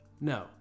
no